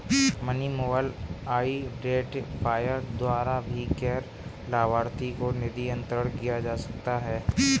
money mobile identifier द्वारा भी गैर लाभार्थी को निधि अंतरण किया जा सकता है